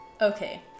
Okay